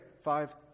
Five